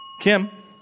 Kim